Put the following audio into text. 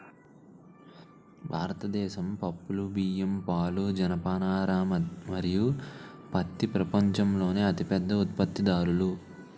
భారతదేశం పప్పులు, బియ్యం, పాలు, జనపనార మరియు పత్తి ప్రపంచంలోనే అతిపెద్ద ఉత్పత్తిదారులు